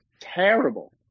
terrible